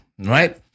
right